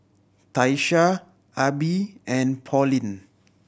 Tyesha Abie and Pauline